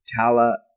Tala